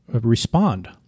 respond